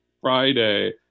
Friday